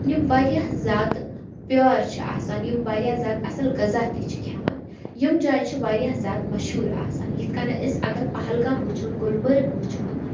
یِم واریاہ زیادٕ پیوَر چھِ آسان یِم واریاہ زیادٕ اَصٕل غذا تہِ چھِ کھٮ۪وان یِم جایہِ چھِ واریاہ زیادٕ مشہوٗر آسان یِتھٕ کٔنۍ أسۍ اگر پہلگام وُچھہون گُلمرگ وُچھہون